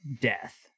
death